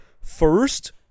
First